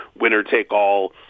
winner-take-all